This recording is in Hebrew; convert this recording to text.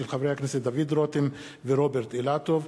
של חברי הכנסת דוד רותם ורוברט אילטוב,